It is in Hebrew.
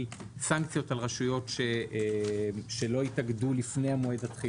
סנקציות על רשויות שלא התאגדו לפני מועד התחילה.